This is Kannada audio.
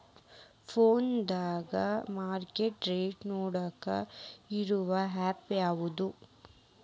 ಫೋನದಾಗ ಮಾರ್ಕೆಟ್ ರೇಟ್ ನೋಡಾಕ್ ಇರು ಆ್ಯಪ್ ಯಾವದು?